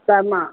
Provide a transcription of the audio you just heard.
त मां